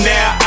Now